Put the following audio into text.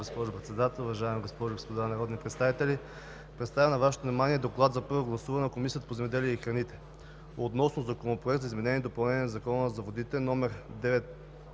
госпожо Председател, уважаеми господа народни представители! Представям на Вашето внимание „ДОКЛАД за първо гласуване на Комисията по земеделието и храните относно Законопроект за изменение и допълнение на Закона за водите, №